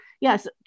yes